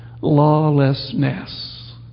lawlessness